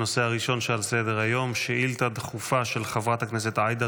הנושא הראשון שעל סדר-היום: שאילתה דחופה של חברת הכנסת עאידה